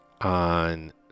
on